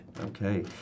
Okay